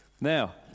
Now